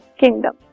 kingdom